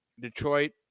Detroit